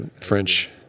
French